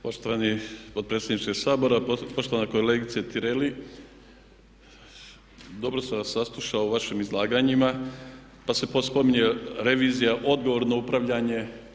Poštovani potpredsjedniče Sabora, poštovana kolegice Tireli dobro sam vas saslušao u vašim izlaganjima pa se spominje revizija, odgovorno upravljanje.